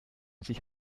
sich